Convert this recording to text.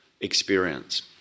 experience